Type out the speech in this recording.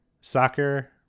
Soccer